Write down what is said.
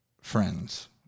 friends